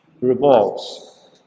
revolves